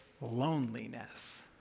loneliness